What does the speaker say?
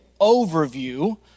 overview